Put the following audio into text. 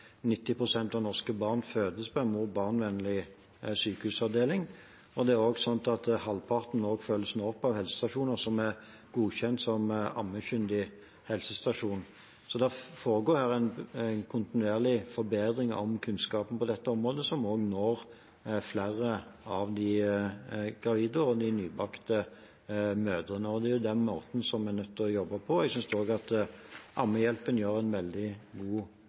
av norske barn fødes på en mor–barn-vennlig sykehusavdeling, og halvparten følges opp av helsestasjoner som er godkjent som ammekyndig helsestasjon. Så det foregår en kontinuerlig forbedring av kunnskapen på dette området som også når flere av de gravide og nybakte mødrene. Det er den måten en er nødt til å jobbe på. Jeg synes også at Ammehjelpen gjør en veldig god